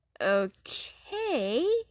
Okay